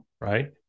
Right